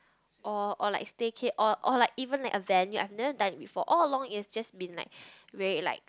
or or like staycay or or like even like a venue I've none that before all along it's just been like very like